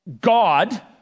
God